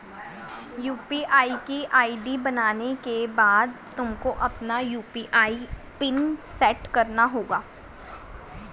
UPI की ID बनाने के बाद तुमको अपना यू.पी.आई पिन सैट करना होगा